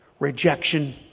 Rejection